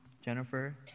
Jennifer